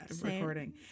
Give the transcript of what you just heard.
recording